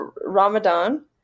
Ramadan